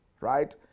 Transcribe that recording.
Right